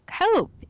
hope